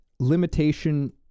limitation